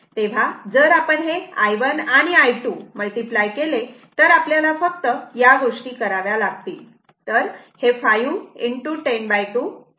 तेव्हा जर आपण हे i1 आणि i2 मल्टिप्लाय केले तर आपल्याला फक्त या गोष्टी कराव्या लागतील